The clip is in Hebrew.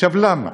עכשיו, למה?